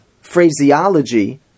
phraseology